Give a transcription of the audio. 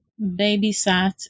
babysat